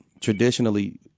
traditionally